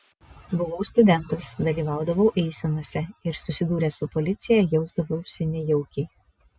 buvau studentas dalyvaudavau eisenose ir susidūręs su policija jausdavausi nejaukiai